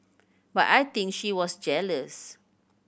but I think she was jealous